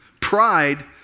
Pride